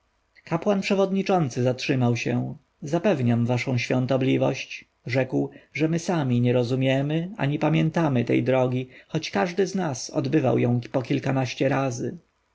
kapłan przewodniczący zatrzymał się zapewniam waszą świątobliwość rzekł że my sami nie rozumiemy ani pamiętamy tej drogi choć każdy z nas odbywał ją po kilkanaście razy